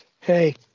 hey